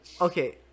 Okay